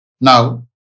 Now